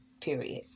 period